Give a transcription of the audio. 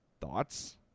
thoughts